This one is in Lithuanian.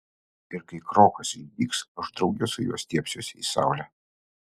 ir kai krokas išdygs aš drauge su juo stiebsiuosi į saulę